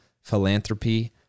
philanthropy